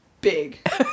big